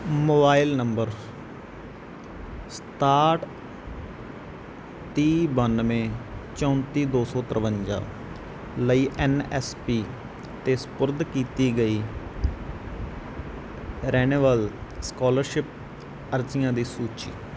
mobile number ਸਤਾਹਠ ਤੀਹ ਬਾਨਵੇਂ ਚੌਂਤੀ ਦੋ ਸੌ ਤਰਵੰਜਾ ਲਈ ਐਨ ਐਸ ਪੀ 'ਤੇ ਸਪੁਰਦ ਕੀਤੀ ਗਈ ਰਿਨਿਵੇਲ ਸਕਾਲਰਸ਼ਿਪ ਅਰਜ਼ੀਆਂ ਦੀ ਸੂਚੀ